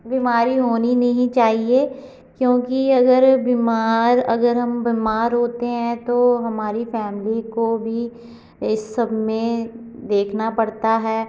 बीमारी होनी नहीं चाहिए क्योंकि अगर बीमार अगर हम बीमार होते है तो हमारी फैमिली को भी इस सब में देखना पड़ता है